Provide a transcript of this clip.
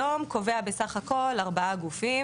כן סעיף 39 היום קובע בסך הכל ארבעה גופים